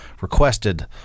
requested